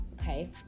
okay